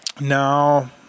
Now